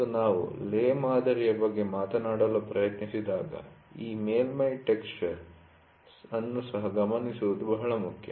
ಮತ್ತು ನಾವು ಲೇ ಮಾದರಿಯ ಬಗ್ಗೆ ಮಾತನಾಡಲು ಪ್ರಯತ್ನಿಸಿದಾಗ ಈ ಮೇಲ್ಮೈ ಟೆಕ್ಸ್ಚರ್ ಅನ್ನು ಸಹ ಗಮನಿಸುವುದು ಬಹಳ ಮುಖ್ಯ